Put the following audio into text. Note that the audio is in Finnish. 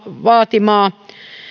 vaatimaa